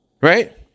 Right